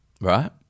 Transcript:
Right